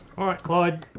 alright clyde.